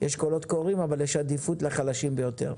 יש קולות קוראים, אבל יש עדיפות לחלשים ביותר.